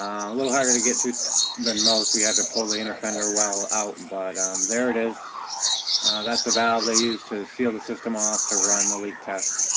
a little harder to get to than most we have to pull the inner fender well out, but um there it is that's the valve they used to seal the system off to run the leak test